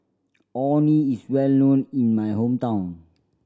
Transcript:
Orh Nee is well known in my hometown